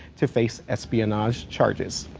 to face espionage charges.